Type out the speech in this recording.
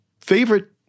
favorite